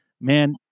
man